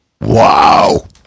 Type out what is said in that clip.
Wow